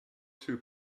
two